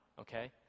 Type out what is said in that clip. okay